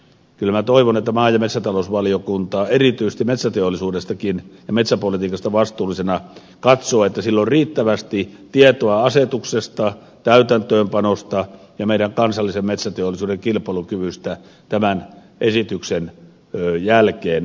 kyllä minä toivon että maa ja metsätalousvaliokunta erityisesti metsäteollisuudesta ja metsäpolitiikasta vastuullisena katsoo että sillä on riittävästi tietoa asetuksesta täytäntöönpanosta ja meidän kansallisen metsäteollisuutemme kilpailukyvystä tämän esityksen jälkeen